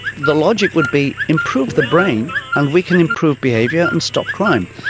the logic would be improve the brain and we can improve behaviour and stop crime.